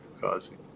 causing